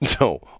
No